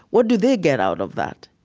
what do they get out of that?